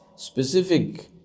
Specific